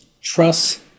trust